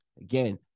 Again